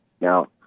Now